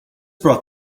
brought